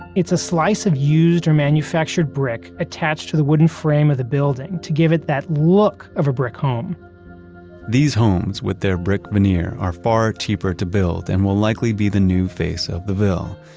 it's a slice of used or manufacture brick attached to the wooden frame of the building to give it that look of a brick home these homes with their brick veneer are far cheaper to build and will likely be the new face of the ville.